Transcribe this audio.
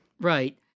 Right